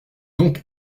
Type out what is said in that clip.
donc